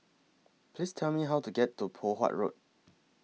Please Tell Me How to get to Poh Huat Road